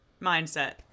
mindset